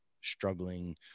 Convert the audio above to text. struggling